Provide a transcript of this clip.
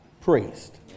priest